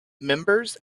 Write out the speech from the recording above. members